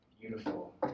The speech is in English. beautiful